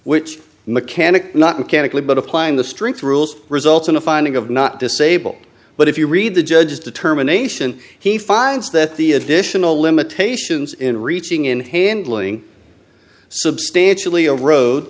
which mechanic not mechanically but applying the string through us results in a finding of not disabled but if you read the judge's determination he finds that the additional limitations in reaching in handling substantially